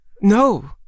No